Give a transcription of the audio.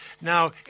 Now